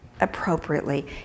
appropriately